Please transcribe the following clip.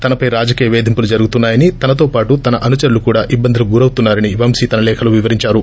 తనపై రాజకీయ పేధింపులు జరుగుతున్నాయని తనతో పాటు తన అనుచరులు కూడా ఇబ్బందులకు గురౌతున్నారని వంశీ లేఖలో వివరించారు